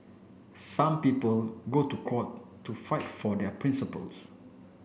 some people go to court to fight for their principles